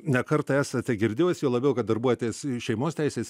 ne kartą esate girdėjus juo labiau kad darbuojatės šeimos teisės